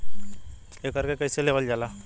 एकरके कईसे लेवल जाला?